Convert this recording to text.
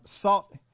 Salt